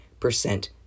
Percent